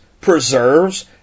preserves